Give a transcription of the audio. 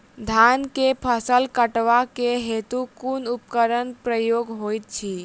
धान केँ फसल कटवा केँ हेतु कुन उपकरणक प्रयोग होइत अछि?